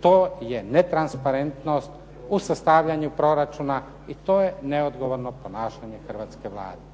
To je netransparentnost u sastavljanju proračuna i to je neodgovorno ponašanje hrvatske Vlade.